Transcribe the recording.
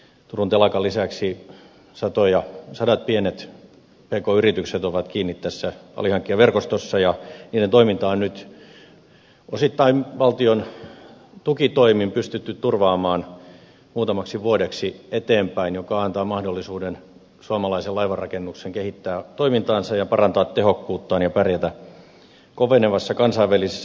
turun telakan lisäksi sadat pienet pk yritykset ovat kiinni tässä alihankkijaverkostossa ja niiden toiminta on nyt osittain valtion tukitoimin pystytty turvaamaan muutamaksi vuodeksi eteenpäin mikä antaa mahdollisuuden suomalaisen laivanrakennuksen kehittää toimintaansa ja parantaa tehokkuuttaan ja pärjätä kovenevassa kansainvälisessä kilpailussa